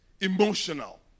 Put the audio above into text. emotional